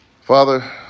Father